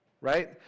right